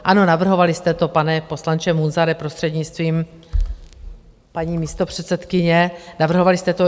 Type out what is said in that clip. Ano, navrhovali jste to, pane poslanče Munzare, prostřednictvím paní místopředsedkyně, navrhovali jste to.